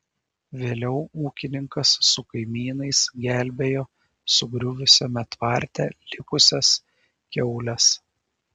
vėliau ūkininkas su kaimynais gelbėjo sugriuvusiame tvarte likusias kiaules